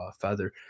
Feather